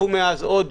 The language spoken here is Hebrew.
חלפו מאז עוד